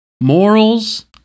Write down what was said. morals